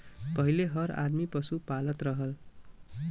पहिले हर आदमी पसु पालत रहल